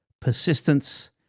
persistence